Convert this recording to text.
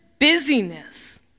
busyness